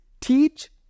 teach